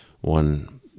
one